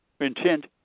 intent